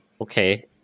Okay